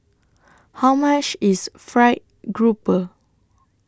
How much IS Fried Grouper